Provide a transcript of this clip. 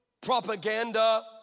propaganda